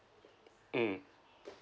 mm